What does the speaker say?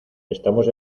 estamos